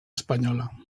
espanyola